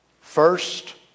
first